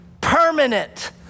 permanent